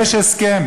יש הסכם